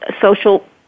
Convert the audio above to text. social